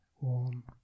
warm